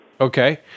Okay